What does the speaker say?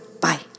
Bye